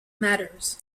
matters